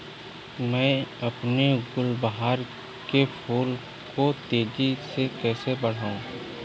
मैं अपने गुलवहार के फूल को तेजी से कैसे बढाऊं?